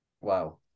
Wow